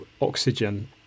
oxygen